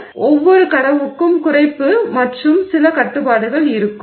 எனவே ஒவ்வொரு கடவுக்கும் குறைப்பு மற்றும் சில கட்டுப்பாடுகள் இருக்கும்